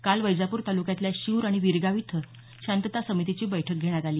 काल वैजापूर तालुक्यातल्या शिऊर आणि वीरगाव इथं शांतता समितीची बैठक घेण्यात आली